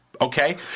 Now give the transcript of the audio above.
Okay